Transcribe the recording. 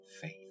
faith